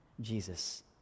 Jesus